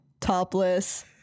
topless